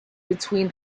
between